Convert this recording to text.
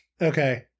Okay